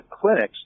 clinics